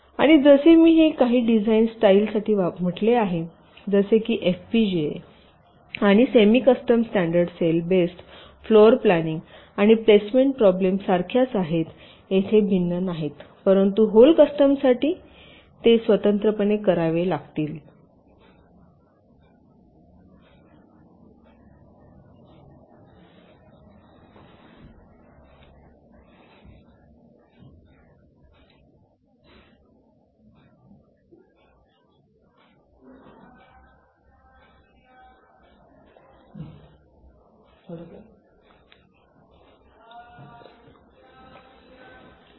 आणि जसे मी काही डिझाइन स्टाईल साठी म्हटले आहे जसे की एफपीजीए आणि semi custom standard cell based floorplanning आणि प्लेसमेंट प्रॉब्लेम सारख्याच आहेत तेथे भिन्न नाहीत परंतु होल कस्टमसाठी ते स्वतंत्रपणे करावे लागतील